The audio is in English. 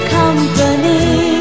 company